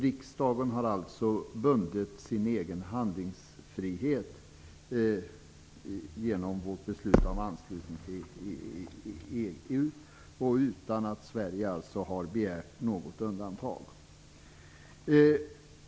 Riksdagen har alltså begränsat sin egen handlingsfrihet genom att vi har beslutat om anslutning till EU utan att ha begärt något undantag.